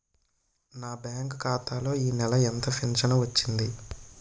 నా బ్యాంక్ ఖాతా లో ఈ నెల ఎంత ఫించను వచ్చింది?